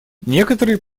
некоторые